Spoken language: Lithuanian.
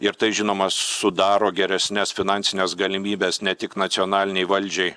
ir tai žinoma sudaro geresnes finansines galimybes ne tik nacionalinei valdžiai